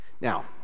Now